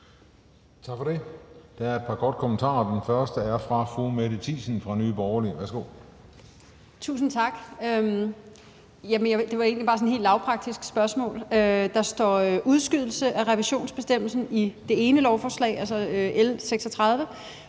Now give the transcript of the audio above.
Tak for det. Der er et par korte bemærkninger. Den første er fra fru Mette Thiesen fra Nye Borgerlige. Værsgo. Kl. 11:56 Mette Thiesen (NB): Tusind tak. Det er egentlig bare sådan et helt lavpraktisk spørgsmål, der handler om, at der står udskydelse af revisionsbestemmelsen i det ene lovforslag, altså L 36,